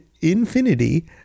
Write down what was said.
Infinity